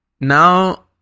Now